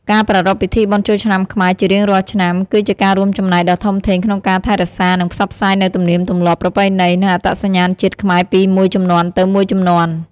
ការប្រារព្ធពិធីបុណ្យចូលឆ្នាំខ្មែរជារៀងរាល់ឆ្នាំ គឺជាការរួមចំណែកដ៏ធំធេងក្នុងការថែរក្សា និងផ្សព្វផ្សាយនូវទំនៀមទម្លាប់ ប្រពៃណី និងអត្តសញ្ញាណជាតិខ្មែរពីមួយជំនាន់ទៅមួយជំនាន់។